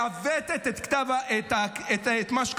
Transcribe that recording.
מעוותת את מה שכתוב,